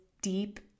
deep